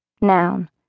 Noun